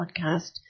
podcast